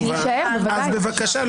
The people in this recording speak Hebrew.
אז בבקשה,